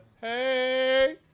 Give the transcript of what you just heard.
Hey